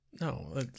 No